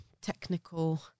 technical